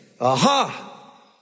Aha